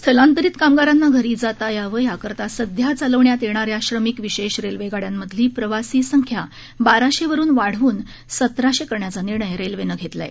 स्थलांतरित कामगारांना घरी जाता यावं याकरता सध्या चालवण्यात येणाऱ्या श्रमिक विशेष रेल्वे गाड्यांमधली प्रवाशी संख्या बाराशे वरून वाढवून सतराशे करण्याचा निर्णय रेल्वेनं घेतला आहे